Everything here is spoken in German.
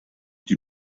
die